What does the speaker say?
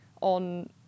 on